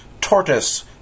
tortoise